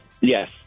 Yes